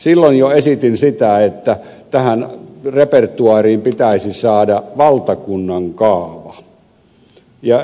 silloin jo esitin sitä että tähän repertoaariin pitäisi saada valtakunnan kaava